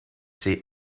see